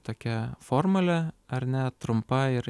tokia formulė ar ne trumpa ir